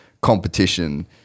competition